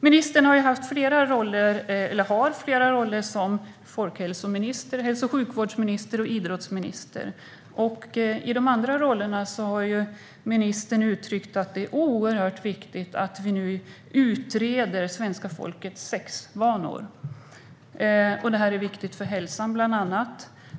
Ministern har flera roller: folkhälsominister, hälso och sjukvårdsminister och idrottsminister. I de andra rollerna har ministern uttryckt att det är oerhört viktigt att vi nu utreder svenska folkets sexvanor. Det är viktigt bland annat för hälsan.